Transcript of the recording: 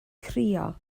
crio